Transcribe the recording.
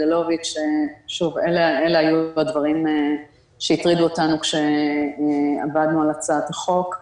אלה היו הדברים שהטרידו אותנו כשעבדנו על הצעת החוק.